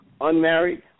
unmarried